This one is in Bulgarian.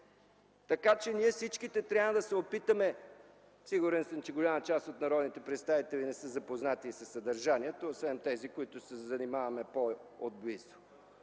Така че ние всичките трябва да се опитаме... Сигурен съм, че голяма част от народните представители не са запознати със съдържанието, освен тези, които се занимаваме по-отблизо.